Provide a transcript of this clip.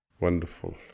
wonderful